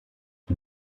die